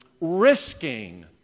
risking